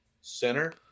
center